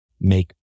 make